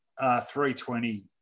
320